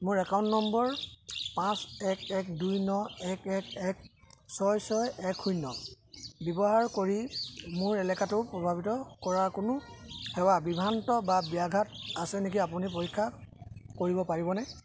মোৰ একাউণ্ট নম্বৰ পাঁচ এক এক দুই ন এক এক এক ছয় ছয় এক শূন্য ব্যৱহাৰ কৰি মোৰ এলেকাটো প্ৰভাৱিত কৰা কোনো সেৱা বিভ্ৰান্ত বা ব্যাঘাত আছে নেকি আপুনি পৰীক্ষা কৰিব পাৰিবনে